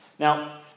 Now